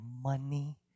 money